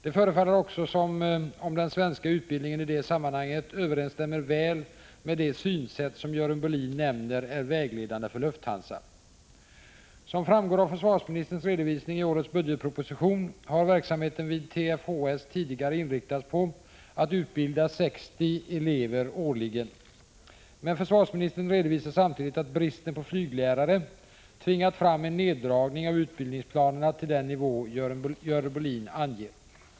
Det förefaller också som om den svenska utbildningen i det sammanhanget överensstämmer väl med det synsätt som Görel Bohlin nämner är vägledande för Lufthansa. Som framgår av försvarsministerns redovisning i årets budgetproposition NN har verksamheten vid TFHS tidigare inriktats på att utbilda ca 60 elever årligen. Men försvarsministern redovisar samtidigt att bristen på flyglärare tvingat fram en neddragning av utbildningsplanerna till den nivå Görel Bohlin anger.